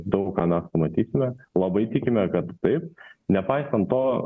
daug ką mes pamatysime labai tikime kad taip nepaisant to